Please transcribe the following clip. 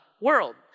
world